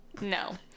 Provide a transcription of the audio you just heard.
no